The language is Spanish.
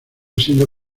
siendo